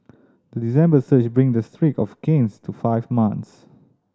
the December surge bring the streak of gains to five months